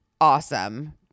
awesome